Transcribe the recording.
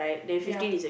ya